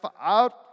out